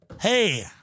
hey